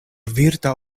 virta